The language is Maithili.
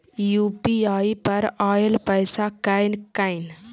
यू.पी.आई पर आएल पैसा कै कैन?